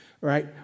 right